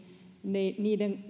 niiden